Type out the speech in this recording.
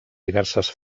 diverses